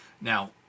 Now